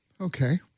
okay